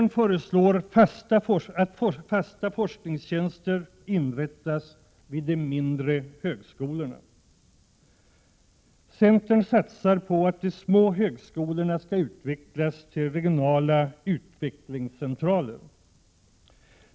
Vi föreslår att fasta forskartjänster inrättas vid de mindre högskolorna. Centern satsar på att de små högskolorna skall utvecklas till regionala utvecklingscentraler.